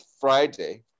Friday